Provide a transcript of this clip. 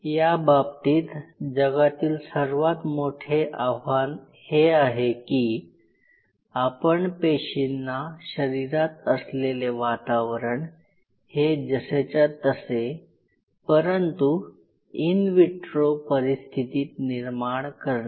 या बाबतीत जगातील सर्वात मोठे आव्हान हे आहे की आपण पेशींना शरीरात असलेले वातावरण हे जसेच्या तसे परंतु इन विट्रो परिस्थितीत निर्माण करणे